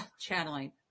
channeling